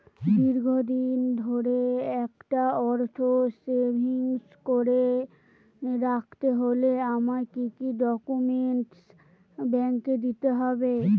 দীর্ঘদিন ধরে একটা অর্থ সেভিংস করে রাখতে হলে আমায় কি কি ডক্যুমেন্ট ব্যাংকে দিতে হবে?